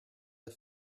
der